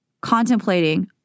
contemplating